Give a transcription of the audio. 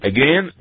Again